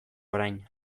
orain